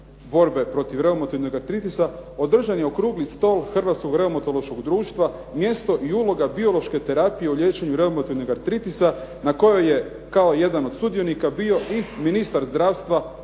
Hrvatskog reumatološkog društva